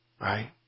Right